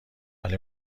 ولی